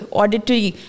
auditory